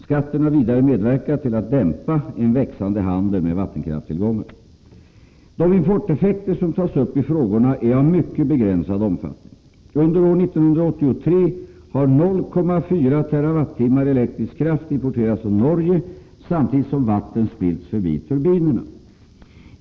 Skatten har vidare medverkat till att dämpa en växande handel med vattenkraftstillgångar. De importeffekter som tas upp i frågorna är av mycket begränsad omfattning. Under år 1983 har 0,4 terawattimmar elektrisk kraft importerats från Norge samtidigt som vatten spillts förbi turbinerna.